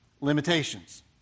limitations